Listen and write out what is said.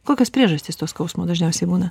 kokios priežastys to skausmo dažniausiai būna